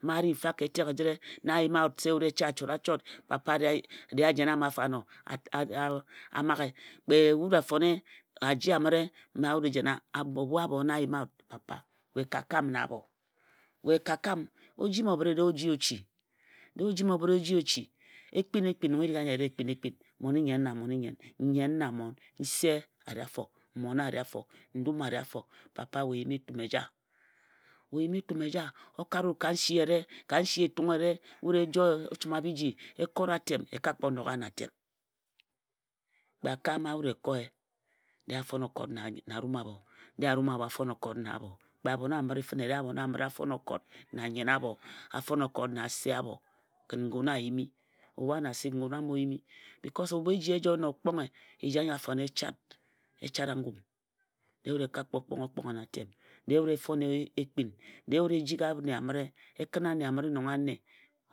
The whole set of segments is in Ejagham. Okot na ori ejum, mma a ri mfa ka etek ejire a yima wut se wut e cha achot-achot papa dee ajene ama afo ano a maghe kpe wut afone aje amire mma e jena ebhu abho na a yima wut papa we ka kam na abho. We ka kam. O jimi obhire de o ji ochi e ekpin nong erik aji e ri e kpina ekpin. Mmon-i-nnyen na mmon-i-nnyem, Nnyen na mmon, Nse a ri afo mmon a ri afo Ndum a ri afo papa we yim etum eja, we yim etum eja o kare wut ka nsi eyere ka nsi Etung eyere. Wut e joi ochima-biji e kot atem e ka kpo nogha na atem kpe akae mma wut e koe dee a fon okot na arum abho, dee arum abho a fon okot na abho, kpe abho amire fine dee abhor amire a fon okot na anyen abho. Afon okot na ase abho kin ngun a yimi ebhu ano asik ngun amo yimi bicos ebhu eji e joe na okonghe eji aji afo ano e chat. E chara ngum. Dee wut e ka kpo kponghe okponghe na atem. Dee wut e fon ekpin dee wut e jigi ane amire dee wut e kin ane amire nong ane.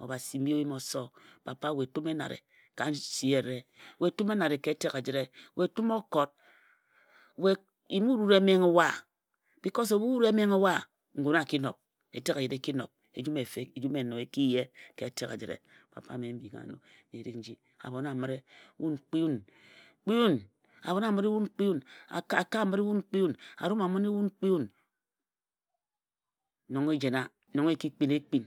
Obhasi mbi o yimi oso nse we tum enare ka nsi eyere we tum enare ka etek ejire we tum okot, we yim wut e menghe wa bicos ebhu wut e menghe na ngun a ki nob, etek ejire e ki nob, ejum eno e ki ye ka etok ejire. Papa mme mbing wa na erik nji. Abhon amire wun kpii wun, wun kpii wun. Akae amire wun kpii wun. Arum amire wun kpii wun nong e jena nong e ki kpin ekpin.